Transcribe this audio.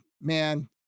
man